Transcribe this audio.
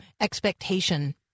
expectation